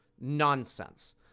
nonsense